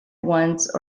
once